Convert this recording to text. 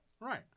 Right